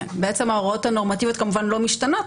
ההוראות הנורמטיביות כמובן לא משתנות,